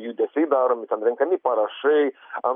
judesiai daromi ten renkami parašai